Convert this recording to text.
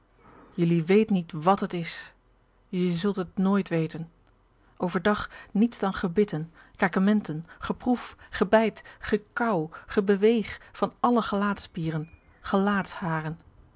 jullie weet niet wat het is jullie zult t nooit weten overdag niets dan gebitten kakementen geproef gebijt gekauw gebeweeg van alle gelaatsspieren